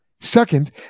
Second